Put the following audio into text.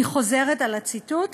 אני חוזרת על הציטוט,